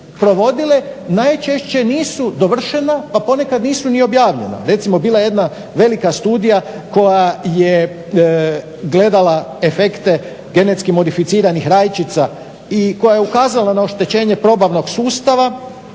najčešće nisu dovršena pa ponekad nisu ni objavljena. Recimo bila je jedna velika studija koja je gledala efekte GM rajčica i koja je ukazala na oštećenje probavnog sustava,